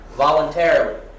voluntarily